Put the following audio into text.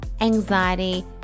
anxiety